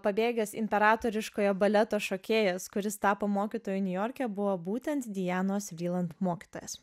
pabėgęs imperatoriškojo baleto šokėjas kuris tapo mokytoju niujorke buvo būtent dianos vriland mokytojas